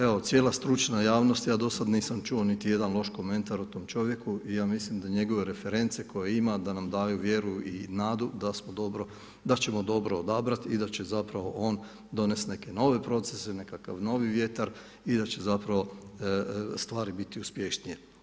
Evo, cijela stručna javnost, ja do sad nisam čuo niti jedan loš komentar o tom čovjeku i ja mislim da njegove reference koje ima, da nam daju vjeru i nadu da smo dobro, da ćemo dobro odabrati i da će zapravo on donesti neke nove procese, nekakav novi vjetar i da će zapravo stvari biti uspješnije.